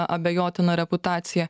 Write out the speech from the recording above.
abejotina reputacija